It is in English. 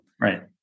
Right